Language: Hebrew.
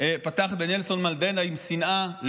פתחת בנלסון מנדלה עם שנאה,